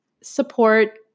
support